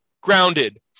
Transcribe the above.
grounded